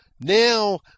Now